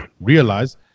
realize